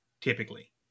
typically